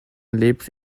leaps